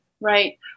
Right